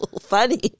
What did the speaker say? funny